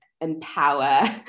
empower